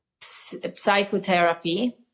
psychotherapy